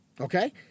Okay